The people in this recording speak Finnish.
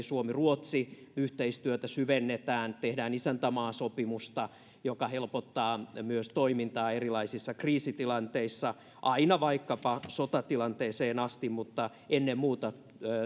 suomi ruotsi yhteistyötä syvennetään ja tehdään isäntämaasopimusta joka helpottaa myös toimintaa erilaisissa kriisitilanteissa vaikkapa aina sotatilanteeseen asti mutta ennen muuta